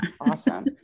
awesome